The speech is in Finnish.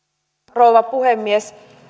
rouva puhemies